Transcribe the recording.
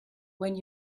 when